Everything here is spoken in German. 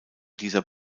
dieser